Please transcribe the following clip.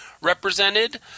represented